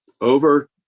over